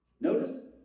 Notice